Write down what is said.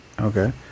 Okay